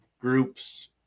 groups